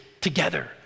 together